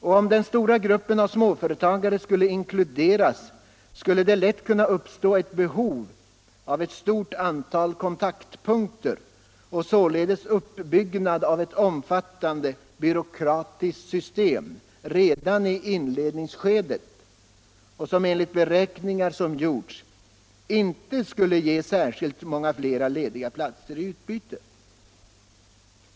Öch om den stora gruppen av småföretagare skulle inkluderas kunde 107 det lätt uppstå behov av ett stort antal kontaktpunkter och således uppbyggnad redan i inledningsskedet av ett omfattande byråkratiskt system, som enligt gjorda beräkningar inte skulle ge särskilt många fler lediga platser i utbyte.